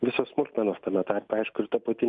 visos smulkmenos tame tarpe aišku ir ta pati